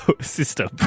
system